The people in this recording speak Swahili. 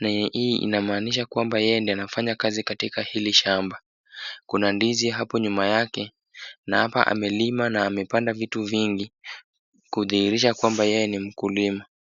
na hii inamaanisha kwamba yeye ndiye anafanya kazi katika hili shamba. Kuna ndizi hapo nyuma yake na hapa amelima na amepanda vitu vingi, kudhihirisha kwamba yeye ni mkulima.